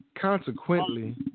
consequently